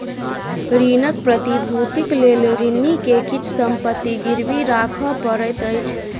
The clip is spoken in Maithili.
ऋणक प्रतिभूतिक लेल ऋणी के किछ संपत्ति गिरवी राखअ पड़ैत अछि